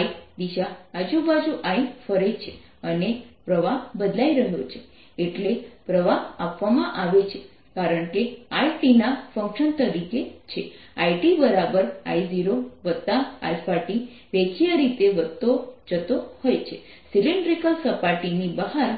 I દિશા આજુબાજુ I ફરે છે અને પ્રવાહ બદલાઇ રહ્યો છે એટલે પ્રવાહ આપવામાં આવે છે કારણ કે Iના ફંકશન તરીકે છે ItI0αt રેખીય રીતે વધતો જતો હોય છે સિલિન્ડ્રિકલ સપાટીની બહાર